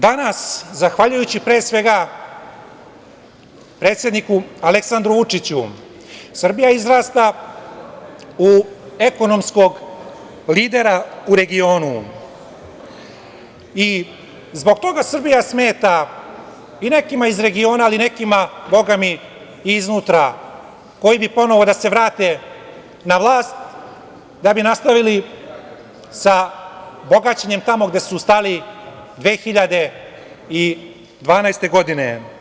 Danas zahvaljujući, pre svega, Aleksandru Vučiću, Srbija izrasta u ekonomskog lidera u regionu, i zbog toga Srbija smeta i nekima iz regiona i nekima Boga mi, iznutra koji bi ponovo da se vrate na vlast, da bi nastavili sa bogaćenjem tamo gde su stali 2012. godine.